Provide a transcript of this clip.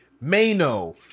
Mano